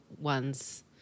ones